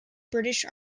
british